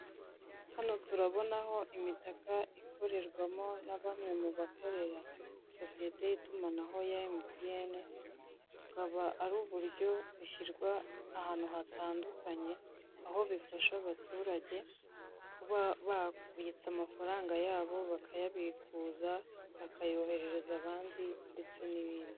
Hano turabona aho imitaka ikorerwamo na bamwe mu bakorera sosiyete y'itumanaho ya emutiyene, akaba ari uburyo bushyirwa ahantu hatandukanye aho bifasha abaturage kuba babitsa amafaranga yabo, bakayabikuza, bakayoherereza abandi, ndetse n'ibindi.